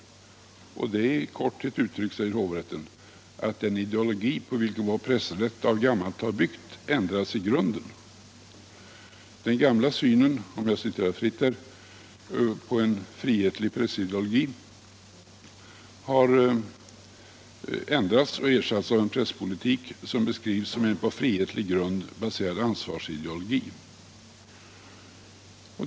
Hovrätten skriver: ”Vad som förekommit är kort uttryckt att den ideologi, på vilken vår pressrätt av gammalt har byggt, ändrats i grunden.” Den gamla synen — säger hovrätten, och nu citerar jag litet fritt — var en frihetlig pressideologi, och den har nu ändrats och ersatts med en presspolitik som beskrivs som en på frihetlig grund baserad ansvarsideologi.